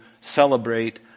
celebrate